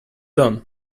done